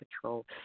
control